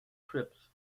trips